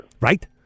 Right